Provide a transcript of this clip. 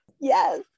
Yes